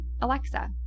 Alexa